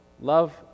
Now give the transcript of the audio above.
love